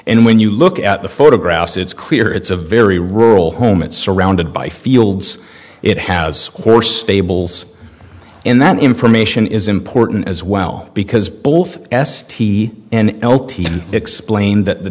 and when you look at the photographs it's clear it's a very rural home it's surrounded by fields it has horse stables and that information is important as well because both s t and l t explained that the